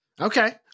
Okay